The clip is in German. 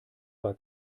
war